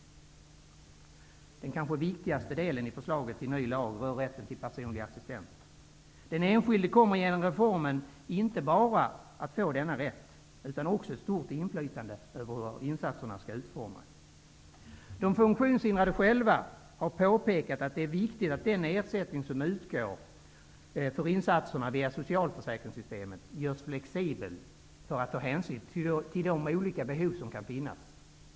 Den kanske viktigaste delen i förslaget till ny lag rör rätten till personlig assistent. Den enskilde kommer genom reformen inte bara att få denna rätt utan också ett stort inflytande över hur insatserna utformas. De funktionshindrade själva har påpekat att det är viktigt att den ersättning som utgår för insatserna via socialförsäkringssystemet görs flexibel för att ta hänsyn till de olika behov som kan finnas.